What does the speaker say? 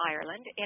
Ireland